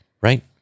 Right